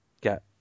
get